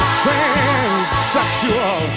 transsexual